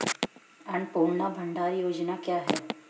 अन्नपूर्णा भंडार योजना क्या है?